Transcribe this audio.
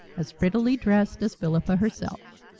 as prettily dressed as philippa herself.